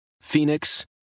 Phoenix